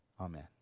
Amen